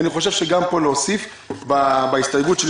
אני חושב שגם פה צריך להוסיף את ההסתייגות שלי